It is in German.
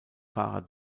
fahrer